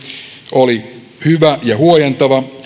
oli hyvä ja huojentava